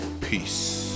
Peace